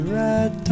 red